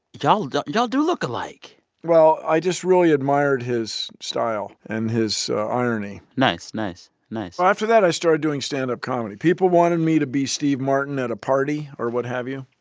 y'all do and y'all do look alike well, i just really admired his style and his irony nice. nice. nice after that, i started doing stand-up comedy. people wanted me to be steve martin at a party or what have you.